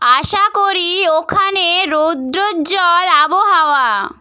আশা করি ওখানে রৌদ্রজ্জ্বল আবহাওয়া